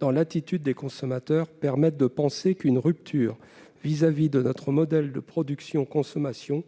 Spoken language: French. dans l'attitude des consommateurs permettent de penser qu'une rupture vis-à-vis de notre modèle de production et de consommation